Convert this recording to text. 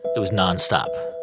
it was nonstop,